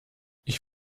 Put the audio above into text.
ich